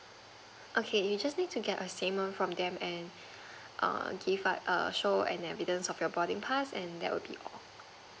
okay you just need to get a statement from them and err give us err show an evidence of your boarding pass and that would be all